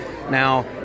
Now